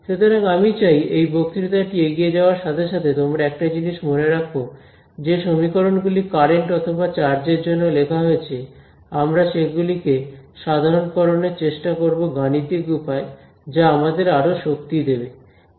সুতরাং আমি চাই এই বক্তৃতাটি এগিয়ে যাওয়ার সাথে সাথে তোমরা একটি জিনিস মনে রাখ যে সমীকরণগুলি কারেন্ট অথবা চার্জের জন্য লেখা হয়েছে আমরা সেগুলিকে সাধারণকরণের চেষ্টা করব গাণিতিক উপায়ে যা আমাদের আরও শক্তি দেবে